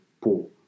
pool